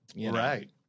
right